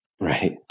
Right